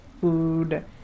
food